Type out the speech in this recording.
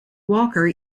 walker